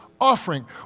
offering